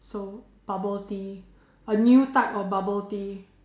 so bubble tea a new type of bubble tea